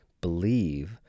believe